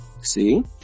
See